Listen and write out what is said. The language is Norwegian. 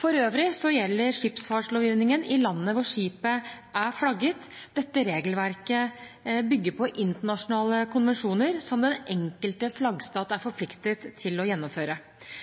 For øvrig gjelder skipsfartslovgivningen i landet hvor skipet er flagget. Dette regelverket bygger på internasjonale konvensjoner som den enkelte flaggstat er